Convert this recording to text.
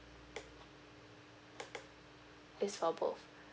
it's for both